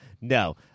No